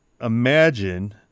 imagine